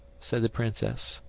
said the princess.